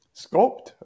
sculpt